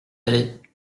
allait